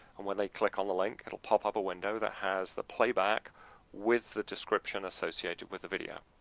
and when they click on the link, it will pop up a window that has the play-back with the description associated with the video.